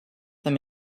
them